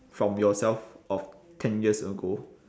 from yourself of ten years ago